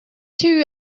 too